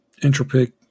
Entropic